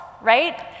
right